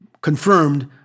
Confirmed